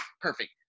perfect